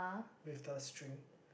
with the string